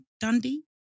Dundee